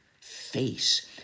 face